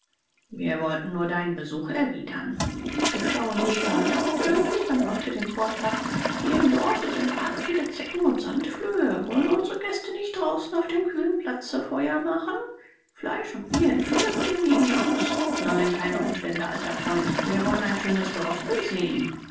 wir wollen nur deinen besuch erwidern der schlaue neger dankte höflich und machte den vorschlag hier im dorfe sind arg viele zecken und sandflöhe wollen unsre gäste nicht draußen auf dem kühlen platze feuer machen fleisch und bier in fülle bringen wir hinaus nein keine umstände alter freund wir wollen dein schönes dorf besehen